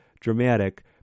dramatic